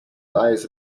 eyes